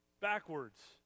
Backwards